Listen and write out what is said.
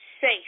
safe